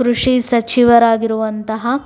ಕೃಷಿ ಸಚಿವರಾಗಿರುವಂತಹ